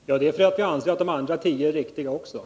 Herr talman! Det är för att vi anser att de andra tio också är riktiga.